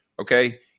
okay